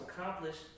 accomplished